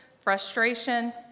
frustration